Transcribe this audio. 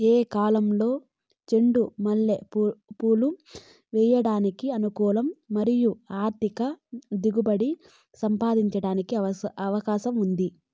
ఏ కాలంలో చెండు మల్లె పూలు వేయడానికి అనుకూలం మరియు అధిక దిగుబడి సాధించడానికి అవకాశం ఉంది?